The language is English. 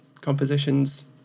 compositions